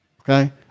okay